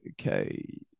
Okay